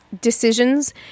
decisions